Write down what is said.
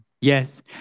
Yes